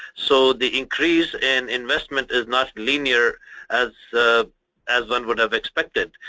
so the increase in investment is not linear as as one would have expected.